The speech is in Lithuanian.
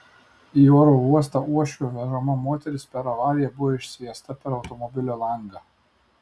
į oro uostą uošvio vežama moteris per avariją buvo išsviesta per automobilio langą